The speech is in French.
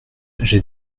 j’ai